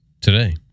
Today